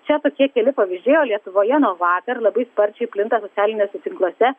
čia tokie keli pavyzdžiai o lietuvoje nuo vakar labai sparčiai plinta socialiniuose tinkluose